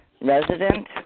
resident